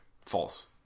False